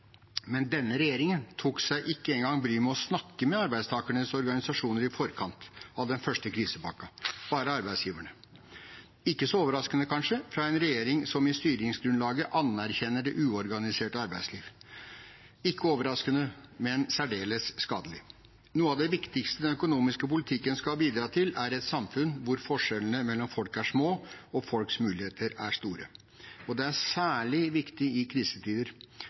men denne regjeringen tok seg ikke engang bryet med å snakke med arbeidstakernes organisasjoner i forkant av den første krisepakken – bare arbeidsgiverne. Det er kanskje ikke så overraskende fra en regjering som i styringsgrunnlaget anerkjenner det uorganiserte arbeidsliv – ikke overraskende, men særdeles skadelig. Noe av det viktigste den økonomiske politikk skal bidra til, er et samfunn hvor forskjellene mellom folk er små og folks muligheter er store. Det er særlig viktig i krisetider.